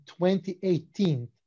2018